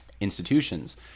institutions